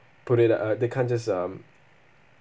put it at uh they can't just um